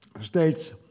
states